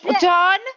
John